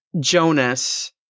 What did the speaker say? Jonas